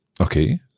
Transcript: Okay